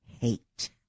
hate